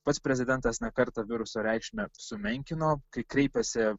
pats prezidentas ne kartą viruso reikšmę sumenkino kai kreipėsi